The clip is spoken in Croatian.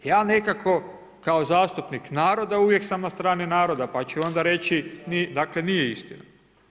Ja nekako kao zastupnik naroda uvijek sam na strani naroda pa ću onda reći dakle nije istina.